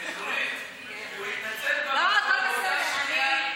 נורית, הוא התנצל באותה שנייה.